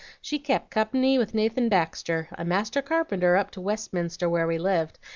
she kep' company with nathan baxter, a master carpenter up to westminster where we lived,